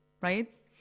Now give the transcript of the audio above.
right